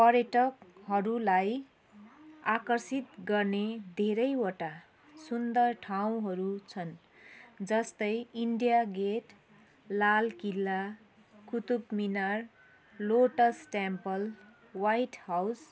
पर्यटकहरूलाई आकर्षित गर्ने धेरैवटा सुन्दर ठाउँहरू छन् जस्तै इन्डिया गेट लाल किल्ला Qutub Minar Lotus Temple White house